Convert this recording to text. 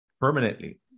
Permanently